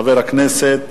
חבר הכנסת